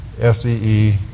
S-E-E